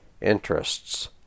interests